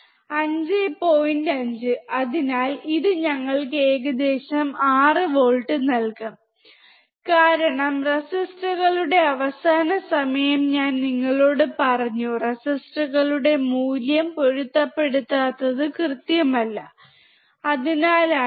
5 അതിനാൽ ഇത് ഞങ്ങൾക്ക് ഏകദേശം 6 വോൾട്ട് നൽകും കാരണം റെസിസ്റ്ററുകളുടെ അവസാന സമയം ഞാൻ നിങ്ങളോട് പറഞ്ഞു റെസിസ്റ്ററുകളുടെ മൂല്യം പൊരുത്തപ്പെടാത്തത് കൃത്യമല്ല അതിനാലാണ്